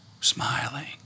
smiling